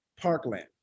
Parkland